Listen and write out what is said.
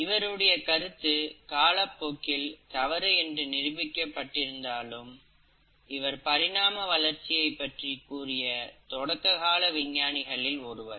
இவருடைய கருத்து காலப்போக்கில் தவறு என்று நிரூபிக்கப்பட்டு இருந்தாலும் இவர் பரிணாம வளர்ச்சியை பற்றி கூறிய தொடக்ககால விஞ்ஞானிகளில் ஒருவர்